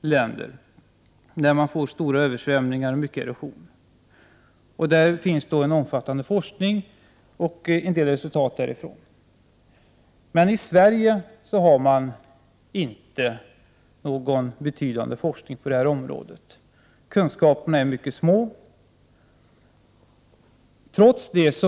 länder, där man får stora översvämningar och mycket erosion. Det finns en omfattande forskning och en del resultat därifrån. Men i Sverige Prot. 1988/89:125 har vi inte någon betydande forskning på det här området. Kunskaperna är 31 maj 1989 mycket små.